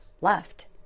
left